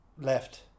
left